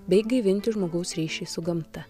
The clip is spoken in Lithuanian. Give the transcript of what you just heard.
bei gaivinti žmogaus ryšį su gamta